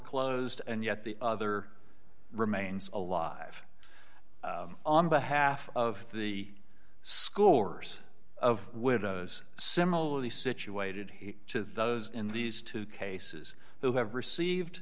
closed and yet the other remains alive on behalf of the scores of widows similarly situated to those in these two cases who have received